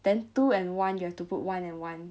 then two and one you have to put one and one